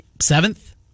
seventh